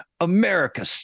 America